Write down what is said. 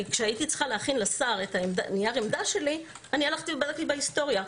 כשהייתי צריכה להכין לשר נייר עמדה שלי בדקתי בהיסטוריה.